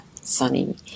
sunny